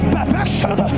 Perfection